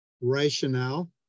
rationale